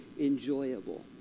enjoyable